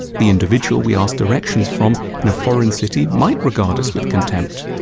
the individual we asked directions from in a foreign city might regard us with contempt.